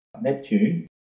Neptune